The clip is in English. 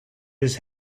his